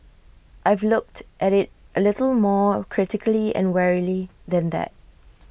I've looked at IT A little more critically and warily than that